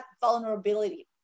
vulnerability